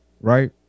right